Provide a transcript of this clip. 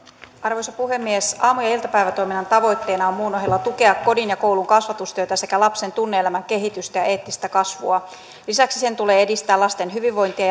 arvoisa puhemies aamu ja iltapäivätoiminnan tavoitteena on muun ohella tukea kodin ja koulun kasvatustyötä sekä lapsen tunne elämän kehitystä ja eettistä kasvua lisäksi sen tulee edistää lasten hyvinvointia